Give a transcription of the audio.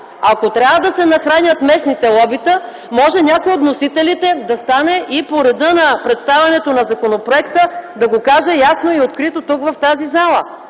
Ако трябва да се нахранят местните лобита, може някой от вносителите да стане и по реда на представянето на законопроекта да го каже ясно и открито тук, в тази зала.